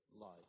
life